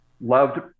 loved